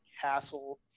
castle